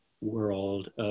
world